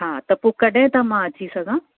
हा त पोइ कॾहिं त मां अची सघां